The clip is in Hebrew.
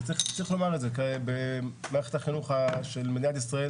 צריך לומר שבמערכת החינוך של מדינת ישראל